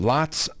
Lots